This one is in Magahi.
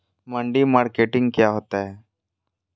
मंडी मार्केटिंग क्या होता है?